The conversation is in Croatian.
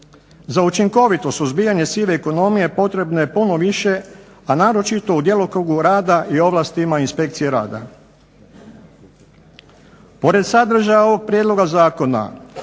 Za učinkovito suzbijanje sive ekonomije potrebno je puno više, a naročito u djelokrugu rada i ovlastima inspekcije rada.